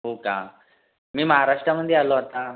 हो का मी महाराष्ट्रामध्ये आलो आता